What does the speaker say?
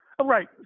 Right